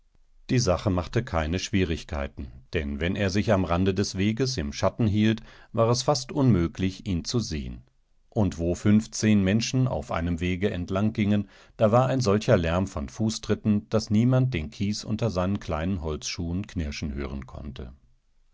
die sache machte keine schwierigkeiten denn wenn er sich am rande des weges im schatten hielt war es fast unmöglich ihn zu sehen und wo fünfzehnmenschenaufeinemwegeentlanggingen dawareinsolcherlärm von fußtritten daß niemand den kies unter seinen kleinen holzschuhen knirschenhörenkonnte